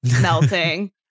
melting